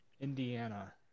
Indiana